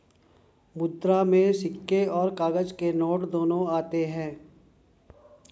मुद्रा में सिक्के और काग़ज़ के नोट दोनों आते हैं